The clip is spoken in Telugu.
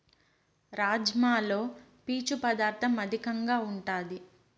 రాజ్మాలో పీచు పదార్ధం అధికంగా ఉంటాది